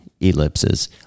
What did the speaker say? ellipses